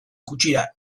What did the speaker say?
gutxira